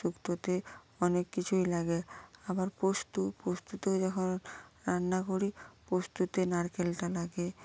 শুক্তোতে অনেক কিছুই লাগে আবার পোস্ত পোস্ততেও যখন রান্না করি পোস্ততে নারকেলটা লাগে